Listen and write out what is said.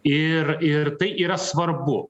ir ir tai yra svarbu